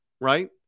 Right